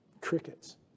Crickets